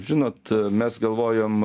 žinot mes galvojom